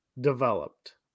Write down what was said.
developed